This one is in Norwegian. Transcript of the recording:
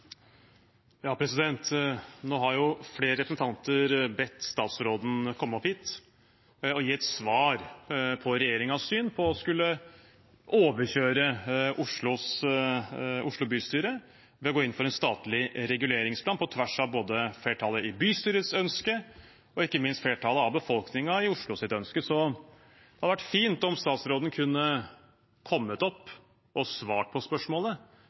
Nå har flere representanter bedt statsråden komme opp hit og gi et svar på regjeringens syn på å skulle overkjøre Oslo bystyre ved å gå inn for en statlig reguleringsplan, på tvers av både flertallet i bystyrets ønske og ikke minst flertallet i befolkningen i Oslos ønske. Så det hadde vært fint om statsråden kunne ha kommet opp og svart på spørsmålet